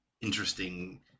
interesting